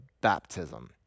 baptism